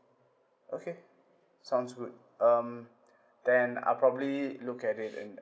okay sounds good um then I'll probably look at it in